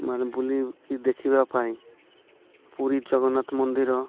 ମାନେ ବୁଲିକି ଦେଖିବା ପାଇଁ ପୁରୀ ଜଗନ୍ନାଥ ମନ୍ଦିର